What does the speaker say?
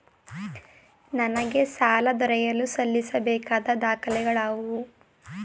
ನನಗೆ ಸಾಲ ದೊರೆಯಲು ಸಲ್ಲಿಸಬೇಕಾದ ದಾಖಲೆಗಳಾವವು?